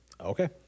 Okay